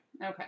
Okay